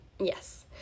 Yes